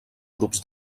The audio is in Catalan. grups